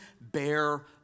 bear